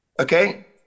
okay